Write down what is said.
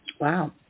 Wow